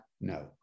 No